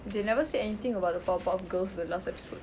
they never say anything about the powerpuff girls the last episode